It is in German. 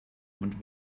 und